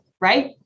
right